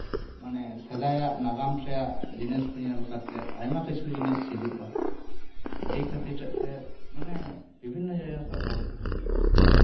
ᱢᱟᱱᱮ ᱥᱮᱫᱟᱭᱟᱜ ᱱᱟᱜᱟᱢ ᱨᱮᱭᱟᱜ ᱡᱤᱱᱤᱥ ᱠᱚ ᱧᱮᱞ ᱠᱟᱛᱮᱫ ᱟᱭᱢᱟ ᱠᱤᱪᱷᱩ ᱡᱤᱱᱤᱥ ᱪᱮᱫᱚᱜᱼᱟ ᱮᱭ ᱠᱷᱟᱹᱛᱤᱨᱟᱜ ᱛᱮ ᱢᱟᱱᱮ ᱵᱤᱵᱤᱱᱱᱚ ᱡᱟᱭᱜᱟ ᱠᱷᱚᱱ ᱦᱚᱲ ᱠᱚ ᱦᱤᱡᱩᱜᱼᱟ